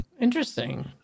interesting